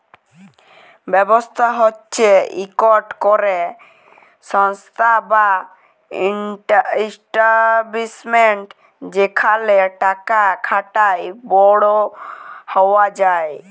ব্যবসা হছে ইকট ক্যরে সংস্থা বা ইস্টাব্লিশমেল্ট যেখালে টাকা খাটায় বড় হউয়া যায়